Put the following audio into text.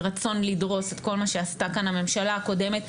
רצון לדרוס את כל מה שעשתה כאן הממשלה הקודמת,